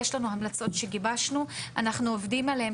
יש לנו המלצות שגיבשנו ואנחנו עובדים עליהן